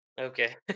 Okay